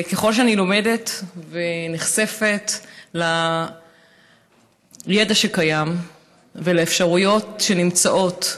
ככל שאני לומדת ונחשפת לידע שקיים ולאפשרויות שנמצאות,